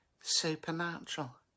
Supernatural